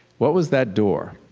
what was that door?